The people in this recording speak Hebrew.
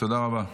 תודה רבה.